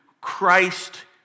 Christ